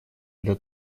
для